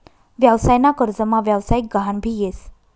व्यवसाय ना कर्जमा व्यवसायिक गहान भी येस